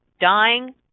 Dying